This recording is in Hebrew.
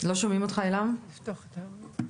מה הייתה השאלה?